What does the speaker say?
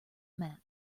mat